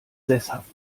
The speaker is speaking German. sesshaft